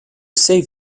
save